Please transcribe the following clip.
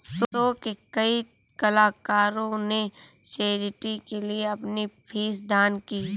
show के कई कलाकारों ने चैरिटी के लिए अपनी फीस दान की